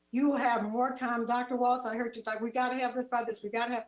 you have more time. dr. walts, i heard you talk, we got to have this by this, we got to have,